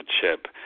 chip